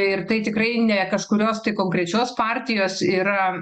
ir tai tikrai ne kažkurios konkrečios partijos yra